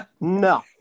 No